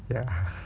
ya